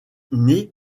née